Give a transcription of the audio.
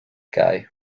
guy